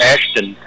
Ashton